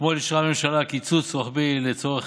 אתמול אישרה הממשלה קיצוץ רוחבי לצורך